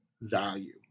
value